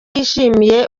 yishimiye